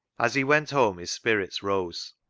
as he went home his spirits rose.